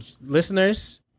listeners